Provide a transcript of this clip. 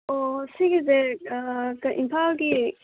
ꯑꯣ ꯁꯤꯒꯤꯁꯦ ꯏꯝꯐꯥꯜꯒꯤ